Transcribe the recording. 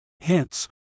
Hence